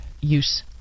use